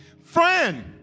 Friend